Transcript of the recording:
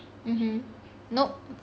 mmhmm nope